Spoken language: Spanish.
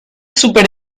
súper